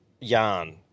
Yarn